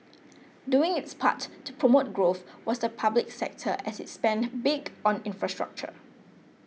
doing its part to promote growth was the public sector as it spent big on infrastructure